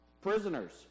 prisoners